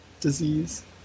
disease